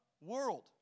world